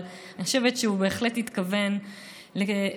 אבל אני חושבת שהוא בהחלט התכוון למה